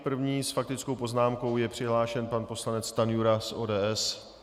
První s faktickou poznámkou je přihlášen pan poslanec Stanjura z ODS.